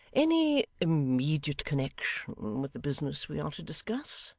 any immediate connection with the business we are to discuss